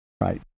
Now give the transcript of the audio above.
Right